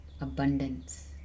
abundance